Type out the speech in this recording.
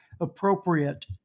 appropriate